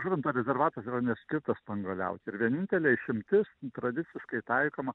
žuvinto rezervatas yra neskirtas spanguoliauti ir vienintelė išimtis tradiciškai taikoma